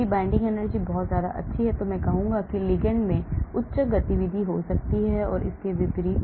यदि binding energy बहुत अच्छी है तो मैं कहूंगा कि लिगैंड में उच्च गतिविधि हो सकती है और इसके विपरीत